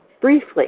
briefly